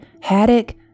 haddock